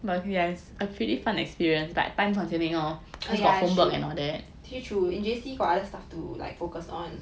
ya it's true true in J_C got other stuff to like focus on